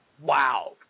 Wow